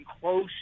close